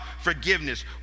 forgiveness